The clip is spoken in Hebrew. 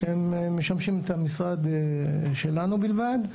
הן משמשות את המשרד שלנו בלבד.